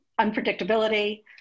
unpredictability